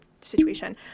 situation